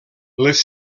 les